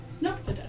Nope